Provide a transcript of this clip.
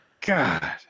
God